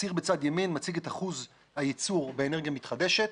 הציר בצד ימין מציג את אחוז הייצור באנרגיה מתחדשת.